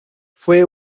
fue